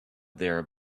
there